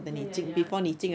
ya ya ya